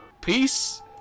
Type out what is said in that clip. Peace